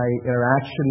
interaction